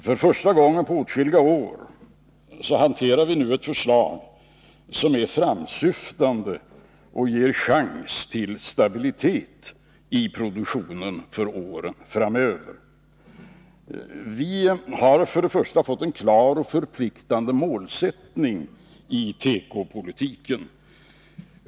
För första gången på åtskilliga år hanterar vi nu ett förslag som är framåtsyftande och ger chans till stabilitet i produktionen för åren framöver. Vi har först och främst fått en klar och förpliktande målsättning inom tekopolitiken.